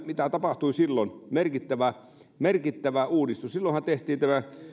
mitä tapahtui silloin merkittävä merkittävä uudistus silloinhan tehtiin tämä